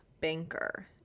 banker